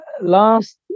last